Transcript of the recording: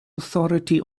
authority